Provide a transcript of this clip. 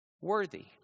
worthy